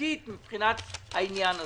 חוקית מבחינת העניין הזה.